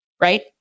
right